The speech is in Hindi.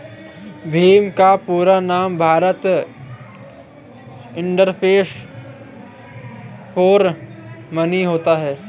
भीम का पूरा नाम भारत इंटरफेस फॉर मनी होता है